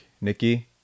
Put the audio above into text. Nikki